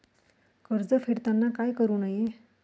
कर्ज फेडताना काय करु नये?